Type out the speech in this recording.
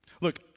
Look